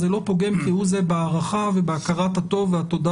זה לא פוגם כהוא זה בהערכה ובהכרת הטוב והתודה